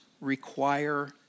require